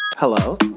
Hello